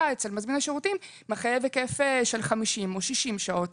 אצל מזמין השירותים מחייב היקף של 50 או 60 שעות.